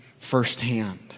firsthand